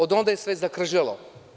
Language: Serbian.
Od onda je sve zakržljalo.